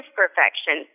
perfection